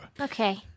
Okay